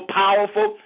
powerful